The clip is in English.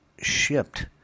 shipped